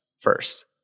first